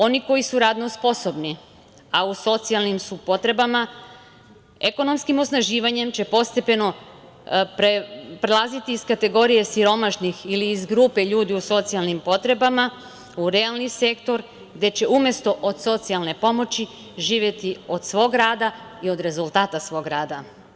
Oni koji su radno sposobni, a u socijalnim su potrebama, ekonomskim osnaživanjem će postepeno prelaziti iz kategorije siromašnih ili iz grupe ljudi u socijalnim potrebama u realni sektor, gde će umesto od socijalne pomoći živeti od svog rada i od rezultata svog rada.